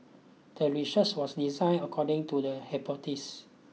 the research was designed according to the